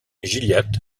gilliatt